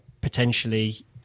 potentially